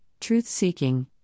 truth-seeking